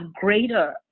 greater